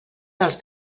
dels